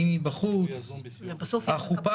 האם היא בחוץ?